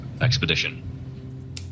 expedition